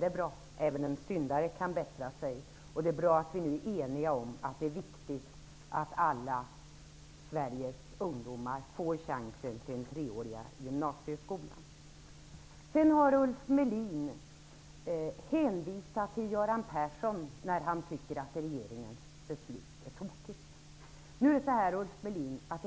Men även en syndare kan bättra sig, och det är bra att vi nu är eniga om att det är viktigt att alla Sveriges ungdomar får chansen till den treåriga gymnasieskolan. Ulf Melin har hänvisat till Göran Persson när han tycker att regeringens beslut är tokigt.